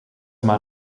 maar